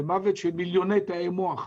כאשר בינתיים יש מוות של מיליוני תאי מוח.